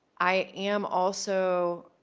i am also